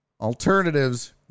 alternatives